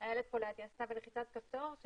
שאילת פה לידי עשתה בלחיצת כפתור,